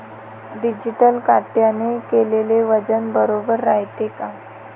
Digital काट्याने केलेल वजन बरोबर रायते का?